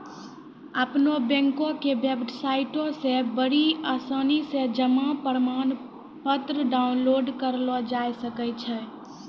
अपनो बैंको के बेबसाइटो से बड़ी आसानी से जमा प्रमाणपत्र डाउनलोड करलो जाय सकै छै